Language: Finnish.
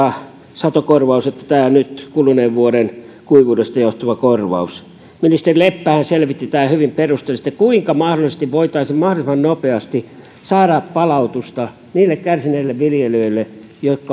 satokorvaus että nyt tämä kuluneen vuoden kuivuudesta johtuva korvaus ministeri leppähän selvitti hyvin perusteellisesti tämän kuinka mahdollisesti voitaisiin mahdollisimman nopeasti saada palautusta niille kärsineille viljelijöille